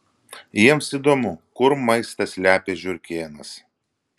jiems įdomu kur maistą slepia žiurkėnas